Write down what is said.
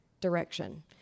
direction